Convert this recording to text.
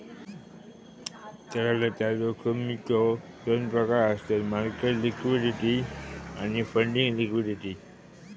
तरलता जोखमीचो दोन प्रकार आसत मार्केट लिक्विडिटी आणि फंडिंग लिक्विडिटी